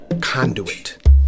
conduit